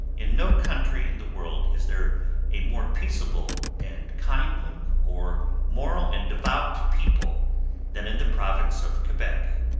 in no country in the world is there a more peaceable and kindly or moral and devout people than in the province of quebec,